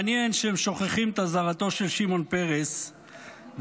מעניין שהם שוכחים את אזהרתו של שמעון פרס ולא